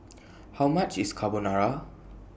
How much IS Carbonara